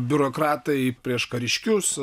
biurokratai prieš kariškius